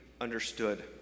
understood